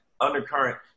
undercurrent